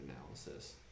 analysis